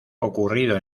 ocurrido